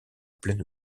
pleine